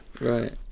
Right